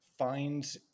Find